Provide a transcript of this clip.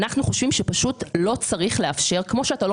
אנחנו חושב שלא צריך לאפשר כפי שאתה לא